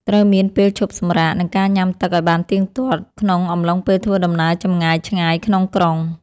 ត្រូវមានពេលឈប់សម្រាក និងការញ៉ាំទឹកឱ្យបានទៀងទាត់ ក្នុងអំឡុងពេលធ្វើដំណើរចម្ងាយឆ្ងាយក្នុងក្រុង។